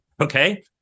Okay